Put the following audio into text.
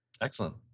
Excellent